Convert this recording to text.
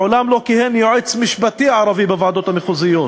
מעולם לא כיהן יועץ משפטי ערבי בוועדות המחוזיות.